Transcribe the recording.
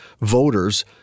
voters